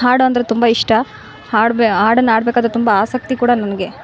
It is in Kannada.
ಹಾಡು ಅಂದರೆ ತುಂಬ ಇಷ್ಟ ಹಾಡು ಬೆ ಹಾಡನ್ನ ಹಾಡ್ಬೇಕಾದ್ರೆ ತುಂಬ ಆಸಕ್ತಿ ಕೂಡ ನನಗೆ